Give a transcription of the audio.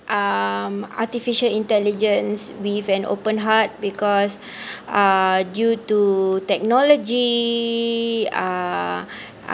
um artificial intelligence with an open heart because uh due to technology uh